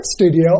studio